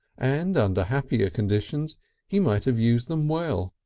and under happier conditions he might have used them well